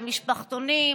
במשפחתונים,